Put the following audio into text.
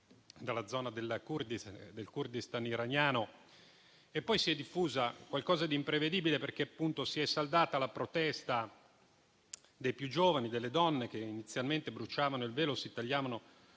dalla zona del Kurdistan iraniano. Poi si è diffuso qualcosa di imprevedibile, perché si è saldata la protesta dei più giovani e delle donne, che inizialmente bruciavano il velo e si tagliavano